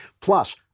Plus